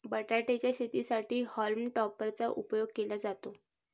बटाटे च्या शेतीसाठी हॉल्म टॉपर चा उपयोग केला जातो